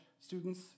students